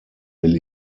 will